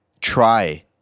try